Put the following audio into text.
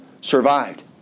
survived